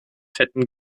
fetten